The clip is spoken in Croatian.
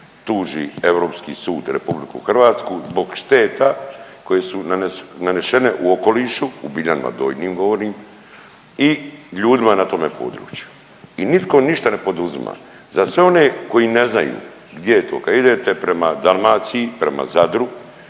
tuži Europski sud RH zbog šteta koje su nanešene u okolišu u Biljanima Donjima govorim i ljudima na tome području. I nitko ništa ne poduzima. Za sve one koji ne znaju gdje je to. Kad idete prema Dalmaciji, prema Zadru,